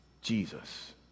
Jesus